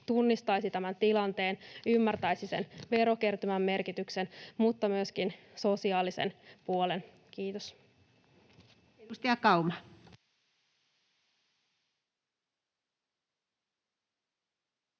tunnistaisi tämän tilanteen, ymmärtäisi sen verokertymän merkityksen mutta myöskin sosiaalisen puolen. — Kiitos.